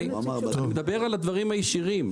אני מדבר על הדברים הישירים.